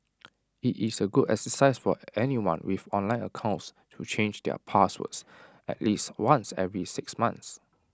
IT is A good exercise for anyone with online accounts to change their passwords at least once every six months